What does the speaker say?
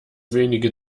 wenige